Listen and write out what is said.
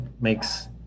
makes